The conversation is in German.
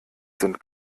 sind